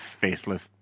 faceless